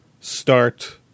start